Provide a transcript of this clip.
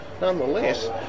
nonetheless